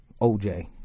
OJ